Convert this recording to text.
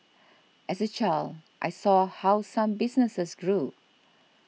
as a child I saw how some businesses grew